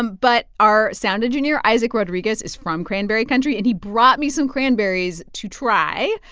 um but our sound engineer isaac rodriguez is from cranberry country, and he brought me some cranberries to try,